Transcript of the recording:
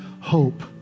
hope